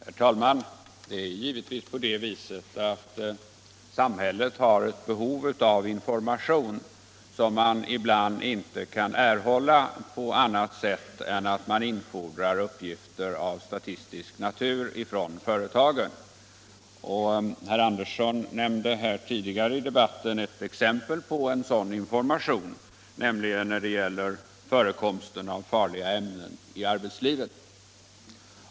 Herr talman! Det är givetvis på det sättet att samhället har ett behov av information som man ibland inte kan erhålla på annat sätt än genom att infordra uppgifter av statistisk natur från företagen. Herr Sivert Andersson i Stockholm nämnde ett exempel på sådan information, nämligen förekomsten av farliga ämnen i arbetslivet.